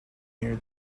near